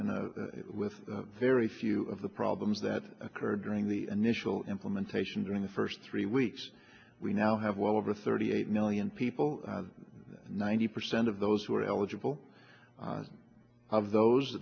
you know with very few of the problems that occurred during the initial implementation during the first three weeks we now have well over thirty eight million people ninety percent of those who are eligible of those